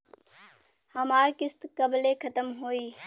हमार किस्त कब ले खतम होई?